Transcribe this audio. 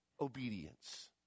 obedience